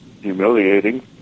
humiliating